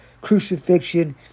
crucifixion